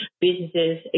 businesses